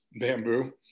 bamboo